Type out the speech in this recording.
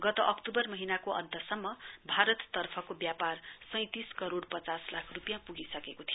गत अक्तूबर महीनाको अन्तसम्म भारत तर्फको व्यापार सैतिस करोइ पचास लाख रुपियाँ पुगिसकेको थियो